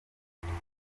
nk’uko